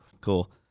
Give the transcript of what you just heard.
Cool